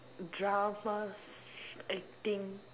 dramas acting